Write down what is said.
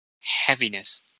heaviness